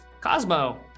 Cosmo